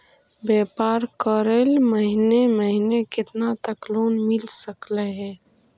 व्यापार करेल महिने महिने केतना तक लोन मिल सकले हे?